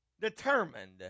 determined